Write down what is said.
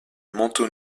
manteau